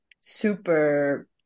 super